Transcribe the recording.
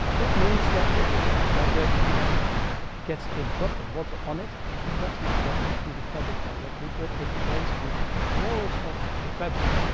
it means that if you have a fabric and there gets a drop of water on it it does not get into the fabric directly but it basically rolls of the fabric.